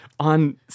on